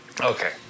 Okay